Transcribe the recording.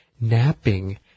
napping